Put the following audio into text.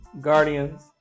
Guardians